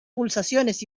pulsaciones